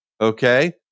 Okay